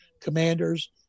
commanders